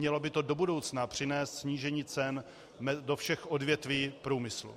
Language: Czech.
Mělo by to do budoucna přinést snížení cen do všech odvětví průmyslu.